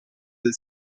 the